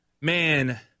man